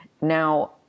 Now